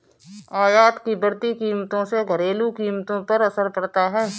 आयात की बढ़ती कीमतों से घरेलू कीमतों पर असर पड़ता है